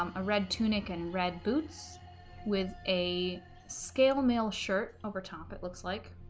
um a red tunic and red boots with a scale male shirt over top it looks like